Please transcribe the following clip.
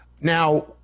Now